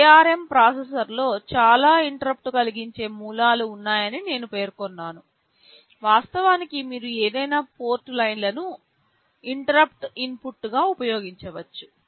ARM ప్రాసెసర్లలో చాలా interrupt కలిగించే మూలాలు ఉన్నాయని నేను పేర్కొన్నాను వాస్తవానికి మీరు ఏదైనా పోర్ట్ లైన్లను ఇంటరుప్పుట్ ఇన్పుట్గా ఉపయోగించవచ్చు